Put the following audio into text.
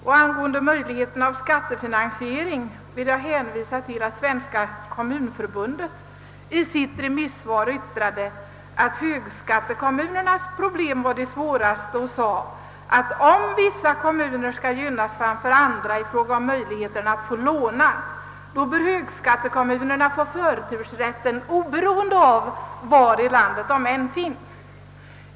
Beträffande möjligheterna till skattefinansiering vill jag hänvisa till att Svenska kommunförbundet i sitt remissvar yttrade att högskattekommunernas problem var de svåraste. Det sades även att om vissa kommuner skulle gynnas framför andra i fråga om möjligheterna att få låna bör högskattekommunerna få förtursrätten oberoende av var i landet de finns.